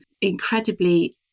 incredibly